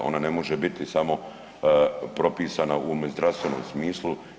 Ona ne može biti samo propisana u ovom zdravstvenom smislu.